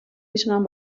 میتونم